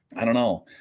i don't know